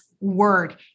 word